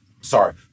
Sorry